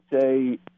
say